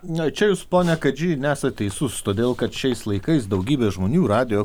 na čia jūs pone kadžy nesat teisus todėl kad šiais laikais daugybė žmonių radijo